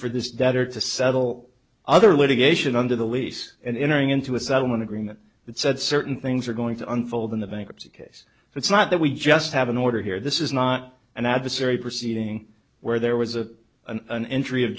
for this debtor to settle other litigation under the lease and entering into a settlement agreement that said certain things are going to unfold in the bankruptcy case so it's not that we just have an order here this is not an adversary proceeding where there was a an